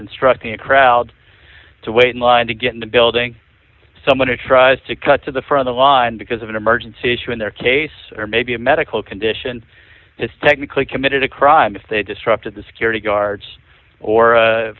instructing a crowd to wait in line to get in the building someone who tries to cut to the front line because of an emergency issue in their case or maybe a medical condition it's technically committed a crime if they disrupted the security guards or